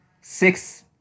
six